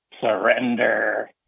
surrender